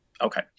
Okay